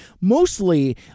mostly